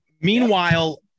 Meanwhile